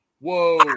whoa